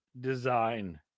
design